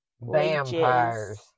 Vampires